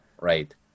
right